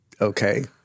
okay